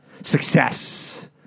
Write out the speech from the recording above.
Success